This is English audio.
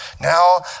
now